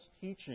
teaching